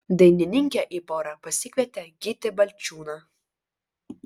dainininkė į porą pasikvietė gytį balčiūną